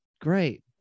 great